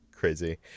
crazy